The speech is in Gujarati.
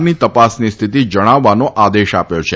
ની તપાસની હ્ય્થતિ જણાવવાનો આદેશ આપ્યો છે